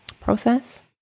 process